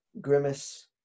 grimace